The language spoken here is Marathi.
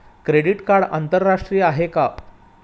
क्रेडिट कार्ड आंतरराष्ट्रीय आहे का?